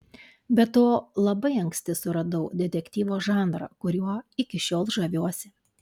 be to labai anksti suradau detektyvo žanrą kuriuo iki šiol žaviuosi